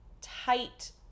tight